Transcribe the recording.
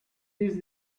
this